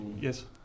Yes